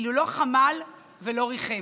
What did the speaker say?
אילו לא חמל ולא ריחם.